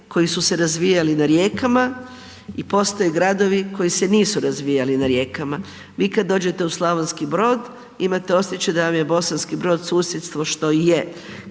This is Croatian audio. koji su se razvijali na rijekama i postoje gradovi koji se nisu razvijali na rijekama. Vi kad dođete u Slavonski Brod, imate osjećaj da vam je Bosanski Brod susjedstvo što je,